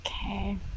Okay